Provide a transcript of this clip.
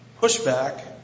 pushback